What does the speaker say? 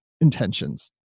intentions